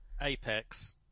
Apex